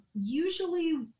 usually